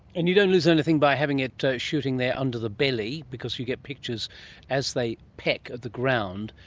and you don't lose anything by having it shooting there under the belly because you get pictures as they peck at the ground,